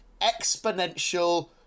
exponential